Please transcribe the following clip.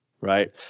right